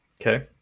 Okay